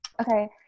Okay